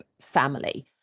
family